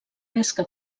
pesca